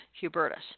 Hubertus